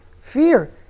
fear